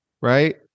Right